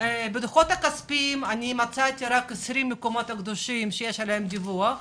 בדוחות הכספיים מצאתי רק 20 מקומות קדושים שיש עליהם דיווח,